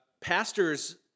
pastors